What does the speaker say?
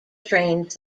trains